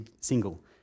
single